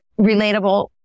relatable